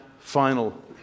final